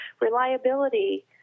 reliability